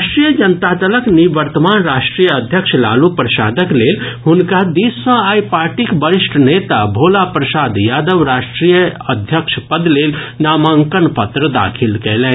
राष्ट्रीय जनता दलक निवर्तमान राष्ट्रीय अध्यक्ष लालू प्रसादक लेल हुनका दिस सॅ आइ पार्टीक वरिष्ठ नेता भोला प्रसाद यादव राष्ट्रीय अध्यक्ष पद लेल नामांकन पत्र दाखिल कयलनि